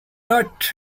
not